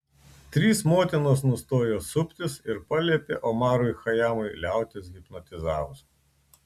trys motinos nustojo suptis ir paliepė omarui chajamui liautis hipnotizavus